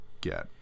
get